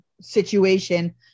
situation